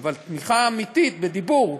תמיכה אמיתית בדיבור,